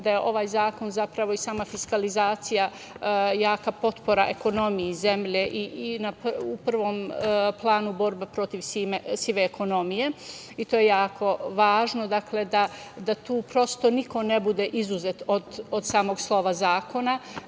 da je ovaj zakon, zapravo i sama fiskalizacija jaka potpora ekonomije zemlje i na pravom planu borba protiv sive ekonomije. To je jako važno, dakle, da tu prosto niko ne bude izuzet od samo slova zakona,